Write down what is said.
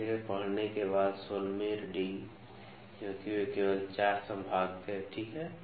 तीसरे पढ़ने के बाद 16वीं रीडिंग क्योंकि वे केवल 4 संभाग थे ठीक है